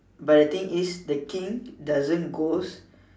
but the thing is the King doesn't goes